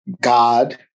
God